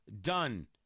done